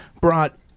brought